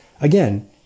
Again